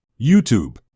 YouTube